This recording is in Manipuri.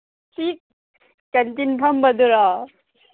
ꯁꯤ ꯀꯦꯟꯇꯤꯟ ꯐꯝꯕꯗꯨꯔꯣ